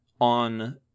on